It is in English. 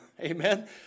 amen